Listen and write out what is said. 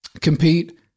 compete